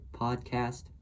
podcast